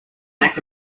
neck